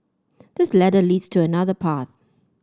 this ladder leads to another path